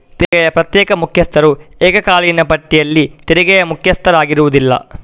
ತೆರಿಗೆಯ ಪ್ರತ್ಯೇಕ ಮುಖ್ಯಸ್ಥರು ಏಕಕಾಲೀನ ಪಟ್ಟಿಯಲ್ಲಿ ತೆರಿಗೆಯ ಮುಖ್ಯಸ್ಥರಾಗಿರುವುದಿಲ್ಲ